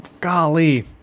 golly